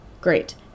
Great